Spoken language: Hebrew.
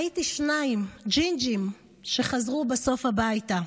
/ ראיתי שניים ג'ינג'ים / שחזרו בסוף הביתה.